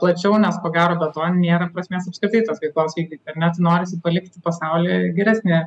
plačiau nes ko gero be to nėra prasmės apskritai tos veiklos vykdyt ar ne tai norisi palikti pasaulį geresnį